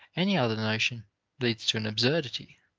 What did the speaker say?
any other notion leads to an absurdity.